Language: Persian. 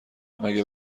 مگه